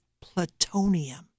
plutonium